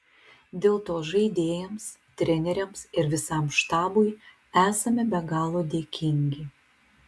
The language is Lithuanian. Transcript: dėl to žaidėjams treneriams ir visam štabui esame be galo dėkingi